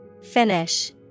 Finish